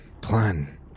plan